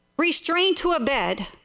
restrained to a bed.